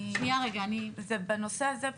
זה בנושא הזה,